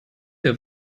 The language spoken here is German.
der